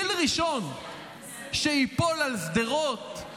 טיל ראשון שייפול על שדרות,